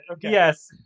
yes